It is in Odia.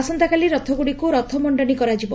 ଆସନ୍ତାକାଲି ରଥଗୁଡିକୁ ରଥମଣ୍ଡନୀ କରାଯିବ